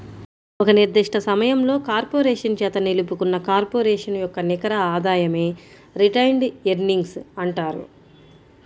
ఒక నిర్దిష్ట సమయంలో కార్పొరేషన్ చేత నిలుపుకున్న కార్పొరేషన్ యొక్క నికర ఆదాయమే రిటైన్డ్ ఎర్నింగ్స్ అంటారు